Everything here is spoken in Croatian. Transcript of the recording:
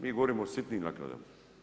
Mi govorimo o sitnim naknadama.